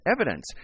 evidence